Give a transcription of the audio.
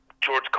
George